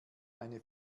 eine